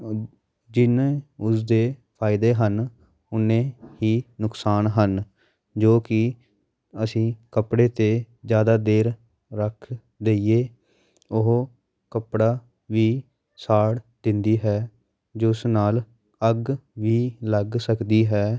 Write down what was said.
ਜਿੰਨੇ ਉਸਦੇ ਫਾਇਦੇ ਹਨ ਓਨੇ ਹੀ ਨੁਕਸਾਨ ਹਨ ਜੋ ਕਿ ਅਸੀਂ ਕੱਪੜੇ 'ਤੇ ਜ਼ਿਆਦਾ ਦੇਰ ਰੱਖ ਦੇਈਏ ਉਹ ਕੱਪੜਾ ਵੀ ਸਾੜ ਦਿੰਦੀ ਹੈ ਜਿਸ ਨਾਲ ਅੱਗ ਵੀ ਲੱਗ ਸਕਦੀ ਹੈ